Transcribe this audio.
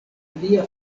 alia